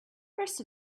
first